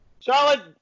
Charlotte